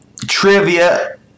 trivia